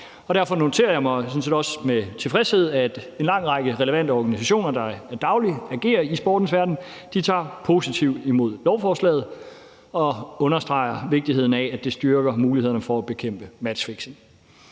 Derfor noterer jeg mig sådan set også med tilfredshed, at en lang række relevante organisationer, der dagligt agerer i sportens verden, tager positivt imod lovforslaget og understreger vigtigheden af, at det styrker mulighederne for at bekæmpe matchfixing.